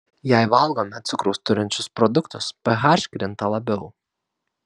jei valgome cukraus turinčius produktus ph krinta labiau